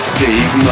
Steve